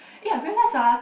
uh I realize uh